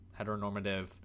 heteronormative